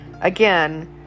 Again